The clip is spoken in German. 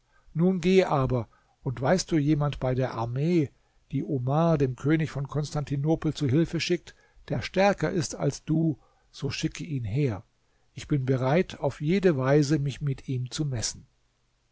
nun geh aber und weißt du jemand bei der armee die omar dem könig von konstantinopel zu hilfe schickt der stärker ist als du so schicke ihn her ich bin bereit auf jede weise mich mit ihm zu messen